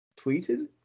Tweeted